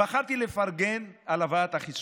בחרתי לפרגן על הבאת החיסונים,